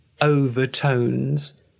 overtones